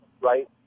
right